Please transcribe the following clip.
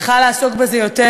צריך לעסוק בזה יותר.